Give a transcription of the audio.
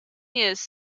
years